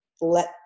let